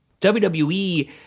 WWE –